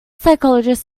psychologist